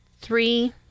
three